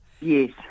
yes